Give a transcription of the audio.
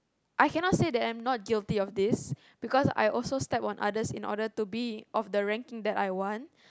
I cannot say that I'm not guilty of this because I also step on others in order to be of the ranking that I want